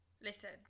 Listen